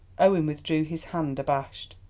owen withdrew his hand abashed,